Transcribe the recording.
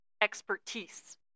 expertise